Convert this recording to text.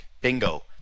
Bingo